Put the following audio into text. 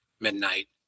midnight